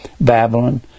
babylon